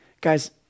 Guys